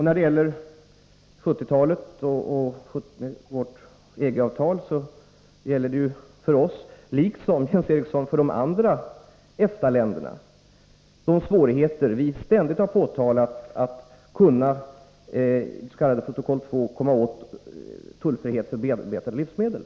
När det gäller 1970-talet och vårt EG-avtal, Jens Eriksson, så rör det sig ju för oss, liksom för de andra EFTA-länderna, om de svårigheter som vi ständigt har pekat på i det s.k. protokoll 2, att komma åt tullfriheten för bearbetade livsmedel.